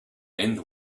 end